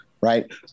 right